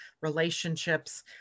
relationships